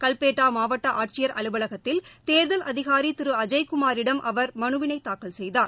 கல்பேட்டாமாவட்டஆட்சியர் அலுவலகத்தில் தேர்தல் அதிகாரிதிருஅஜய்குமாரிடம் அவர் மனுவினைதாக்கல் செய்தார்